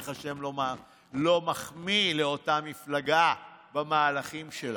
איך השם לא מחמיא לאותה מפלגה במהלכים שלה,